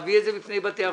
להביא את זה בתי החולים.